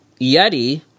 Yeti